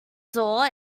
door